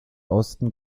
osten